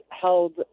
held